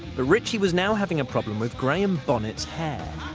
ritchie was now having a problem with graham banners hair.